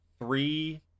Three